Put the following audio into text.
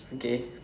okay